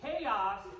Chaos